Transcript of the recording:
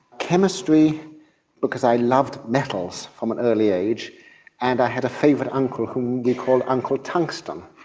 chemistry because i loved metals from an early age and i had a favoured uncle whom we called uncle tungsten,